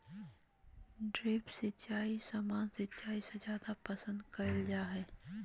drip सिंचाई सामान्य सिंचाई से जादे पसंद कईल जा हई